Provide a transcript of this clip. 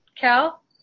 cal